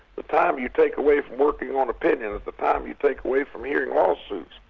the time you take away from working on opinions, the time you take away from hearing lawsuits,